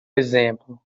exemplo